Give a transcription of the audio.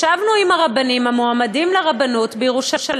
ישבנו עם הרבנים המועמדים לרבנות בירושלים